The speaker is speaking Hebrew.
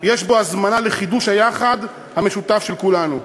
יש בו הזמנה לחידוש היחד המשותף של כולנו.